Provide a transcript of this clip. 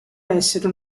essere